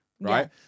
right